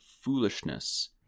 foolishness